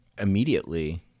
immediately